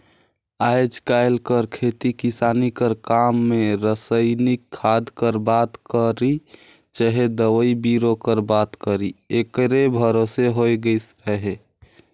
आएज काएल कर खेती किसानी कर काम में रसइनिक खाद कर बात करी चहे दवई बीरो कर बात करी एकरे भरोसे होए गइस अहे